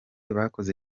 bakoze